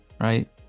right